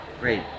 great